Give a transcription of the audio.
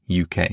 UK